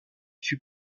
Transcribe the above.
fut